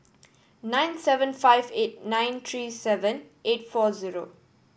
nine seven five eight nine three seven eight four zero